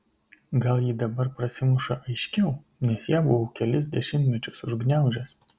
gal ji dabar prasimuša aiškiau nes ją buvau kelis dešimtmečius užgniaužęs